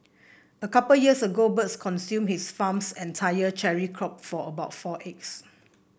a couple years ago birds consumed his farm's entire cherry crop for about four acres